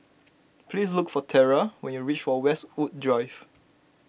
please look for Terra when you reach for Westwood Drive